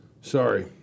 Sorry